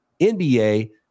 NBA